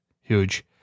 huge